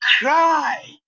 cry